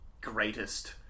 greatest